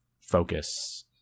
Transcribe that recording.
focus